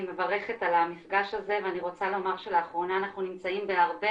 אני מברכת על המפגש הזה ואני רוצה לומר שלאחרונה אנחנו נמצאים בהרבה